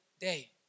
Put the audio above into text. day